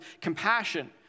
compassion